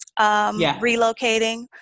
relocating